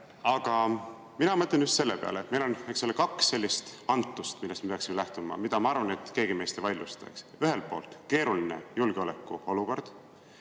Aga mina mõtlen just selle peale, et meil on kaks sellist antust, millest me peaksime lähtuma ja mida, ma arvan, keegi meist ei vaidlustaks: ühelt poolt keeruline julgeolekuolukord,